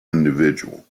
individual